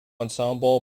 ensemble